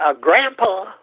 grandpa